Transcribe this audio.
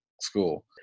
school